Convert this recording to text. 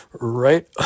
right